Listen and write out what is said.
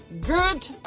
Good